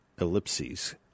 ellipses